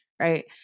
Right